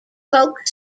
folk